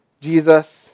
Jesus